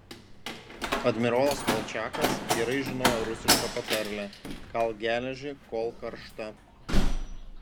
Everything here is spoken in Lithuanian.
admirolas kolčiakas gerai žinojo rusišką patarlę kalk geležį kol karšta